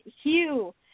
Hugh